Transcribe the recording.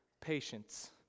patience